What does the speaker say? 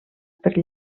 per